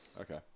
Okay